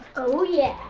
oh, yeah.